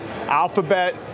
Alphabet